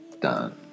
done